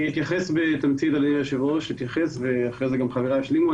אני אתייחס בתמצית ואחר כך חבריי ישלימו.